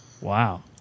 Wow